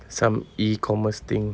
some E commerce thing